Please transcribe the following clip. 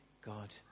God